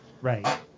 Right